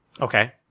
Okay